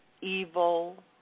evil